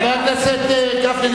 חבר הכנסת גפני,